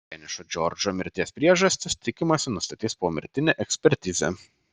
vienišo džordžo mirties priežastis tikimasi nustatys pomirtinė ekspertizė